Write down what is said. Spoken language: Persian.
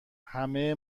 همه